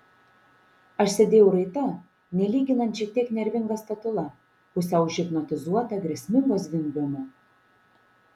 aš sėdėjau raita nelyginant šiek tiek nervinga statula pusiau užhipnotizuota grėsmingo zvimbimo